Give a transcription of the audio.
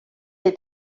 may